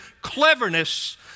cleverness